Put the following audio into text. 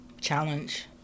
challenge